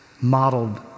modeled